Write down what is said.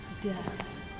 Death